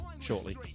shortly